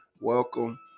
Welcome